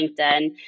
LinkedIn